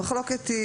המחלוקת היא,